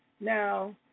Now